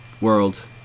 world